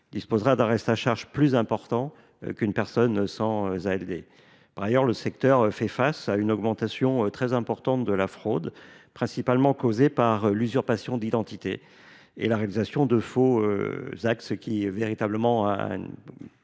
disposera d’un reste à charge plus important qu’une personne sans ALD. Par ailleurs, le secteur fait face à une augmentation très importante de la fraude principalement causée par l’usurpation d’identités et la réalisation de faux actes, ce qui est